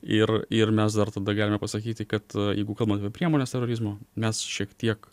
ir ir mes dar tada galime pasakyti kad jeigu kalbant apie priemones terorizmo mes šiek tiek